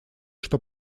что